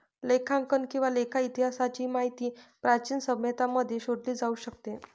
लेखांकन किंवा लेखा इतिहासाची माहिती प्राचीन सभ्यतांमध्ये शोधली जाऊ शकते